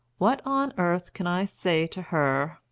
what on earth can i say to her?